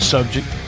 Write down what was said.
Subject